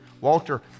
Walter